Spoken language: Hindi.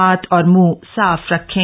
हाथ और मूंह साफ रखें